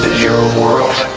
your world,